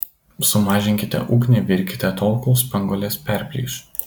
sumažinkite ugnį virkite tol kol spanguolės perplyš